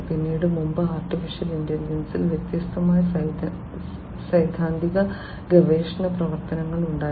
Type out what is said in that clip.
പിന്നീട് മുമ്പ് AI യിൽ വ്യത്യസ്ത സൈദ്ധാന്തിക ഗവേഷണ പ്രവർത്തനങ്ങൾ ഉണ്ടായിരുന്നു